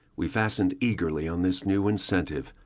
we fastened eagerly on this new incentive.